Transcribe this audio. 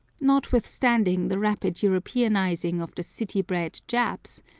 notwithstanding the rapid europeanizing of the city-bred japs,